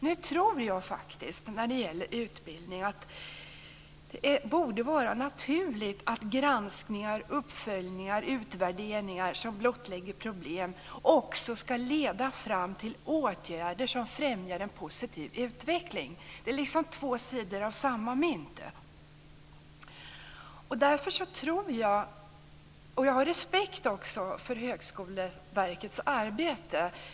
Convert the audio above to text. När det gäller utbildning tycker jag faktiskt att det borde vara naturligt att granskningar, uppföljningar och utvärderingar som blottlägger problem också ska leda fram till åtgärder som främjar en positiv utveckling. Det är liksom två sidor av samma mynt. Därför har jag också respekt för Högskoleverkets arbete.